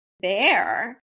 bear